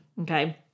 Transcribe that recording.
okay